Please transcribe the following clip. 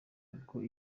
ubwo